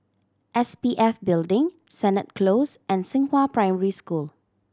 S P F Building Sennett Close and Xinghua Primary School